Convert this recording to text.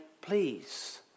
Please